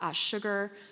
ah sugar.